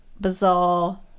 bizarre